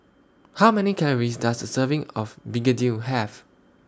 How Many Calories Does A Serving of Begedil Have